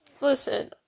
listen